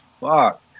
fuck